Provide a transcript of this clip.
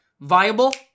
viable